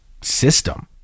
system